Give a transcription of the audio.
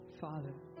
Father